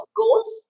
goals